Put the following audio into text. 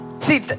See